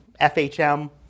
FHM